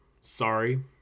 sorry